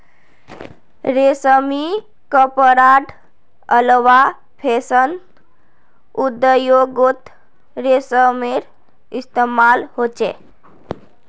रेशमी कपडार अलावा फैशन उद्द्योगोत रेशमेर इस्तेमाल होचे